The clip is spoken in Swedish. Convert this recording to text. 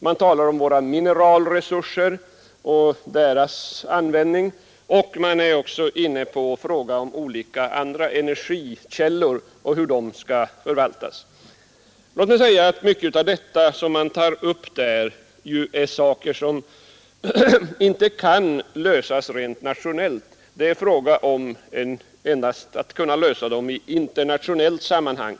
Man talar om mineralresurserna och deras användning, och man är också inne på frågan om andra energikällor och hur de skall förvaltas. Mycket av det som tas upp i motionen är frågor som inte kan lösas nationellt. De kan endast lösas i internationellt sammanhang.